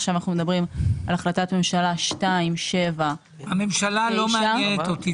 עכשיו אנחנו מדברים על החלטת ממשלה- -- הממשלה לא מעניינת אותי.